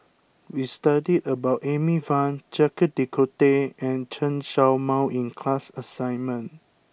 we studied about Amy Van Jacques de Coutre and Chen Show Mao in class assignment